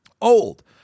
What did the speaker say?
old